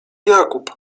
jakub